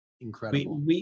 Incredible